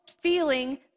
feeling